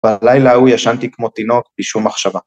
‫בלילה ההוא ישנתי כמו תינוק ‫בלי שום מחשבה.